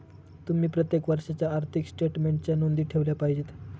तुम्ही प्रत्येक वर्षाच्या आर्थिक स्टेटमेन्टच्या नोंदी ठेवल्या पाहिजेत